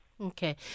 Okay